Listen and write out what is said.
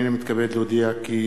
הנני מתכבד להודיעכם,